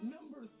Number